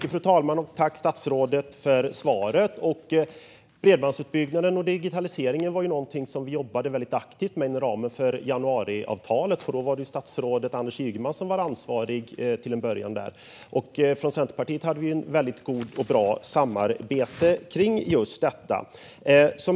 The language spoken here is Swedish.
Fru talman! Tack för svaret, statsrådet! Bredbandsutbyggnaden och digitaliseringen jobbade vi aktivt med inom ramen för januariavtalet. Då var statsrådet Anders Ygeman ansvarig, till att börja med. Från Centerpartiets sida hade vi ett gott och bra samarbete om just detta.